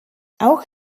auch